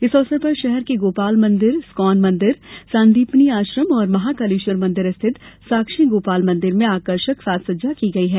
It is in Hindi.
इस अवसर पर शहर के गोपाल मंदिर इस्कॉन मंदिर सांदीपनि आश्रम और महाकालेश्वर मंदिर स्थित साक्षी गोपाल मंदिर में आकर्षक साज सज्जा की गई है